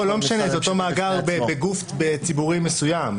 לא, לא משנה, זה אותו מאגר בגוף ציבורי מסוים.